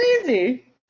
crazy